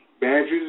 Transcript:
Badges